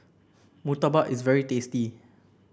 murtabak is very tasty